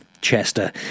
Chester